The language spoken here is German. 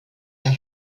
der